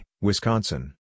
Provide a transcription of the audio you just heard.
Wisconsin